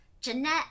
Jeanette